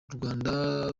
urwanda